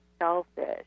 selfish